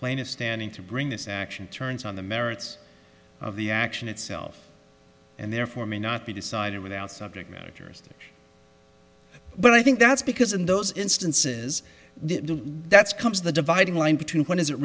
plaintiff standing to bring this action turns on the merits of the action itself and therefore may not be decided without subject matters but i think that's because in those instances that's comes the dividing line between when is it